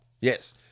Yes